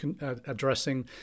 addressing